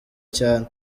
cyane